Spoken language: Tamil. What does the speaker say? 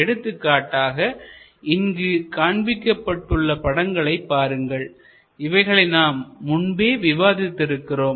எடுத்துக்காட்டாக இங்கு காட்டப்பட்டுள்ள படங்களை பாருங்கள் இவைகளை நாம் முன்பே விவாதித்து இருக்கிறோம்